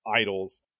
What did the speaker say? idols